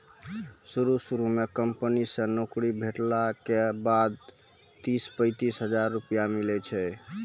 शुरू शुरू म कंपनी से नौकरी भेटला के बाद तीस पैंतीस हजार रुपिया मिलै छै